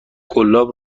قلاب